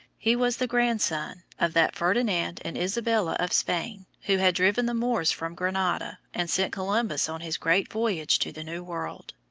he was the grandson of that ferdinand and isabella of spain who had driven the moors from granada and sent columbus on his great voyage to the new world.